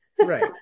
right